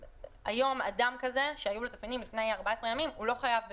והיום אדם כזה שהיו לו תסמינים לפני 14 ימים לא חייב בבידוד,